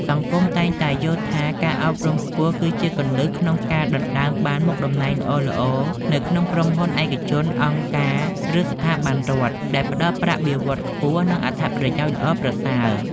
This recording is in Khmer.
សង្គមតែងតែយល់ថា ការអប់រំខ្ពស់គឺជាគន្លឹះក្នុងការដណ្តើមបានមុខតំណែងល្អៗនៅក្នុងក្រុមហ៊ុនឯកជន អង្គការ ឬស្ថាប័នរដ្ឋ ដែលផ្តល់ប្រាក់បៀវត្សខ្ពស់ និងអត្ថប្រយោជន៍ល្អប្រសើរ។